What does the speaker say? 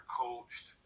coached